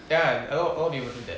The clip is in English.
ya a lot a lot of people do that